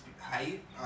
height